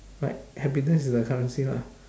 right happiness is the currency !huh!